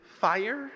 fire